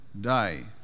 die